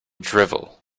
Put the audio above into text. drivel